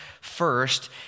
first